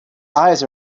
eyes